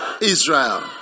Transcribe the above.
Israel